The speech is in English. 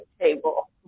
table